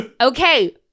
okay